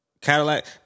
Cadillac